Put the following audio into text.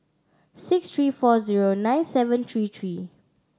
six three four zero nine seven three three